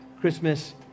Christmas